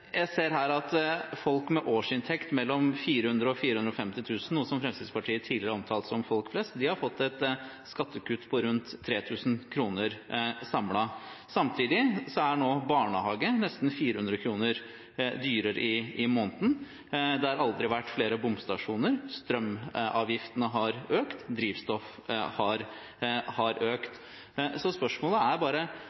Jeg ser at folk med årsinntekt mellom 400 000 kr og 450 000 kr, som Fremskrittspartiet tidligere har omtalt som folk flest, har fått et skattekutt på rundt 3 000 kr. Samtidig er barnehager nå nesten 400 kr dyrere i måneden, det har aldri vært flere bomstasjoner, strømavgiftene har økt, og drivstoffprisen har